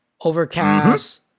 Overcast